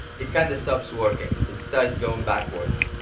it kind of stops working. it starts going backwards.